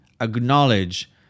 acknowledge